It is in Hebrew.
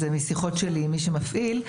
משיחות שלי עם מי שמפעיל,